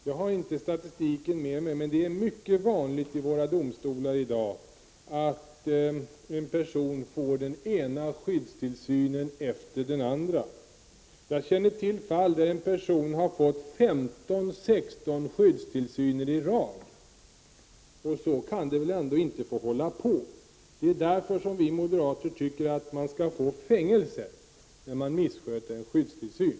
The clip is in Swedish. Jag har inte statistiken med mig, men det är mycket vanligt i våra domstolar att en person får den ena domen efter den andra på skyddstillsyn. Jag känner till fall där en person har fått 15—16 domar på skyddstillsyn i rad. Så kan det väl ändå inte få hålla på. Det är därför vi moderater tycker att man skall få fängelse när man missköter sig under skyddstillsyn.